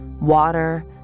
water